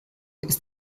ist